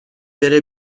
بره